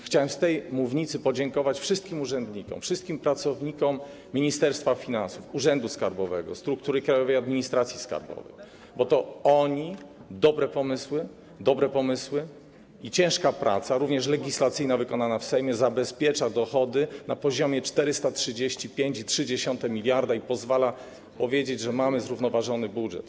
Chciałem z tej mównicy podziękować wszystkim urzędnikom, wszystkim pracownikom Ministerstwa Finansów, urzędów skarbowych, struktury Krajowej Administracji Skarbowej, bo to oni, dobre pomysły i również ciężka praca legislacyjna wykonana w Sejmie zabezpieczają dochody na poziomie 435,3 mld, a to pozwala powiedzieć, że mamy zrównoważony budżet.